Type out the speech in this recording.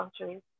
countries